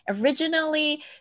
originally